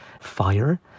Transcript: Fire